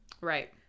right